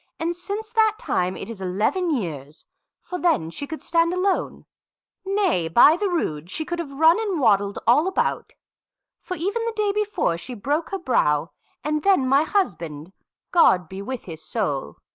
and since that time it is eleven years for then she could stand alone nay, by the rood she could have run and waddled all about for even the day before, she broke her brow and then my husband god be with his soul!